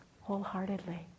wholeheartedly